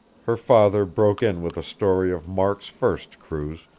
her father broke in with a story of mark's first cruise,